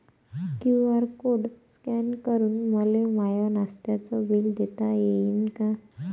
QR code scan करून मले माय नास्त्याच बिल देता येईन का?